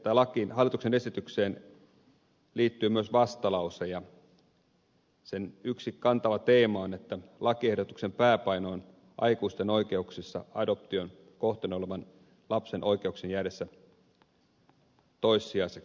tähän hallituksen esitykseen liittyy myös vastalause ja sen yksi kantava teema on se että lakiehdotuksen pääpaino on aikuisten oikeuksissa adoption kohteena olevan lapsen oikeuksien jäädessä toissijaiseksi